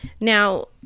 Now